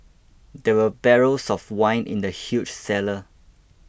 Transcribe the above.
there were barrels of wine in the huge cellar